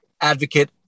advocate